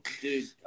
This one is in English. dude